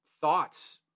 thoughts